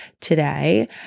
today